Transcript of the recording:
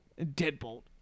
Deadbolt